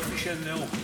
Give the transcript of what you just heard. יופי של נאום.